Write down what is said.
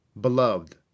Beloved